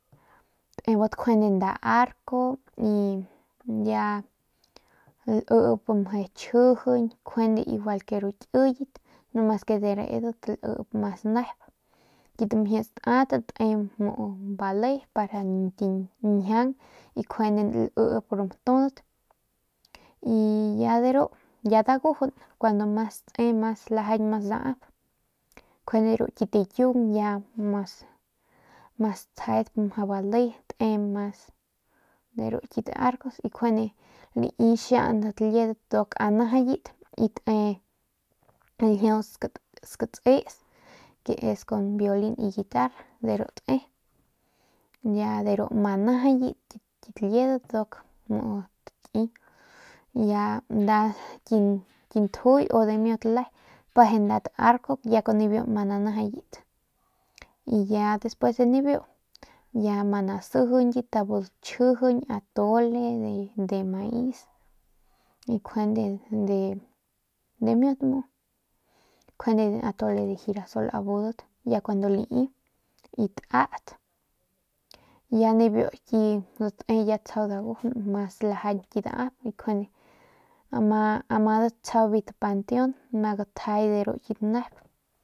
Njuande nda arco y ya lip ya chjijiñ njuande igual ke ru kiyet mas ke deredat lip mas nep kit mjie staut te bale para njiaung y njuande liip ru batudat y ya de ru ya dagujun kuandu mas te mas lajañ mas daap njuande ru kit kiung lajañ ya mas tjedp mjau bale te mas de ru kit arcos njuande lai xiaudat kit liedat nduk anajayit y te ljiau skaties ke es con violin y guitarra de ru te ya de ru ama najayit kit liedat nduk muu taki ki njuy u dimiut le peje nda t arco y ya nibiu ma nanajayit y ya despues de nibiu ya ma nasijiñyat abudat chjijiñ atole de maiz y njuande dimiut nep muu njuande atole de jirasol abudat ya kuandu lai y tata y ya nibiu ki te ya tsjau dagujun ya mas lajañ ki daap njuande amadat tsjau biu t panteon ma gatjay de ru kit nep.